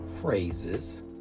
phrases